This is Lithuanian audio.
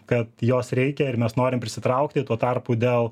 kad jos reikia ir mes norim prisitraukti tuo tarpu dėl